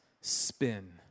spin